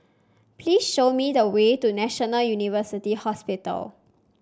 please show me the way to National University Hospital